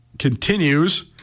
continues